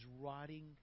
rotting